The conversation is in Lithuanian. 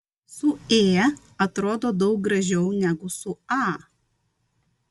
su ė atrodo daug gražiau negu su a